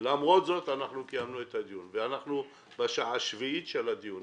למרות זאת אנחנו מקיימים את הדיון ואנחנו בשעה השביעית של הדיון